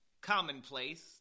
commonplace